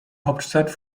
hauptstadt